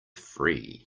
free